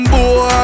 Boy